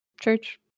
Church